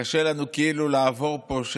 קשה לנו כאילו לעבור פה,